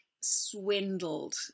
swindled